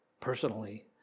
personally